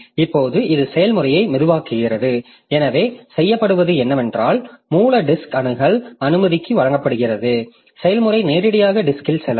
இப்போது இது செயல்முறையை மெதுவாக்குகிறது எனவே செய்யப்படுவது என்னவென்றால் மூல டிஸ்க் அணுகல் அனுமதிக்கு வழங்கப்படுகிறது செயல்முறை நேரடியாக டிஸ்க்ல் செல்லலாம்